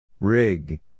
Rig